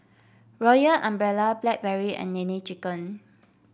Royal Umbrella Blackberry and Nene Chicken